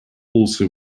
also